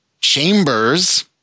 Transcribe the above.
chambers